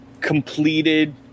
completed